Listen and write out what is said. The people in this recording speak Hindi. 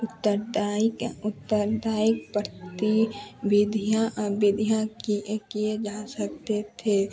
उत्तरदायी या उत्तरदायिक पड़ती विधियाँ विधियाँ कि किए जा सकते थे